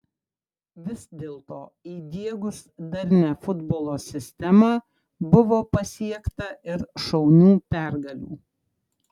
vis dėlto įdiegus darnią futbolo sistemą buvo pasiekta ir šaunių pergalių